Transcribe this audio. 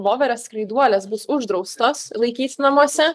voverės skraiduolės bus uždraustos laikyt namuose